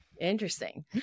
interesting